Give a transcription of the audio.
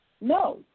No